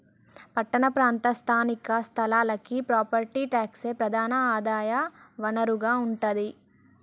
పట్టణ ప్రాంత స్థానిక సంస్థలకి ప్రాపర్టీ ట్యాక్సే ప్రధాన ఆదాయ వనరుగా ఉంటాది